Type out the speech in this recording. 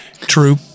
true